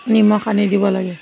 নিমখ সানি দিব লাগে